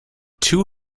two